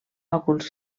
òculs